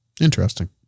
Interesting